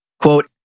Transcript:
Quote